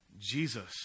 Jesus